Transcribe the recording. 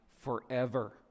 forever